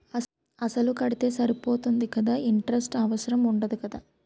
అసలు కడితే సరిపోతుంది కదా ఇంటరెస్ట్ అవసరం ఉండదు కదా?